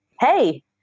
Hey